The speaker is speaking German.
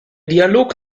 dialog